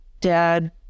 dad